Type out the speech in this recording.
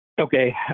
Okay